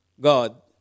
God